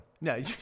No